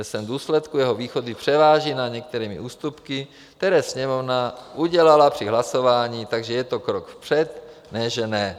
Ve svém důsledku jeho výhody převáží nad některými ústupky, které Sněmovna udělala při hlasování, takže je to krok vpřed, ne že ne.